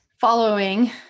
following